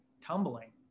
tumbling